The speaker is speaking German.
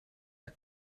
der